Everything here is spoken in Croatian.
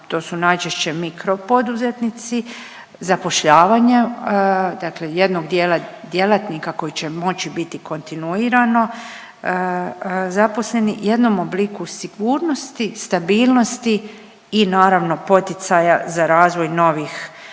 to su najčešće mikropoduzetnici, zapošljavanje dakle jednog dijela djelatnika koji će moći biti kontinuirano zaposleni, jednom obliku sigurnosti, stabilnosti i naravno poticaja za razvoj novih